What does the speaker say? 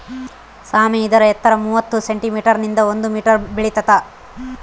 ಸಾಮೆ ಇದರ ಎತ್ತರ ಮೂವತ್ತು ಸೆಂಟಿಮೀಟರ್ ನಿಂದ ಒಂದು ಮೀಟರ್ ಬೆಳಿತಾತ